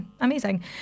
amazing